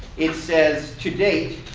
it says to date,